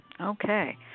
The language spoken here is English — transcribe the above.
okay